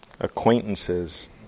Acquaintances